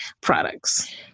products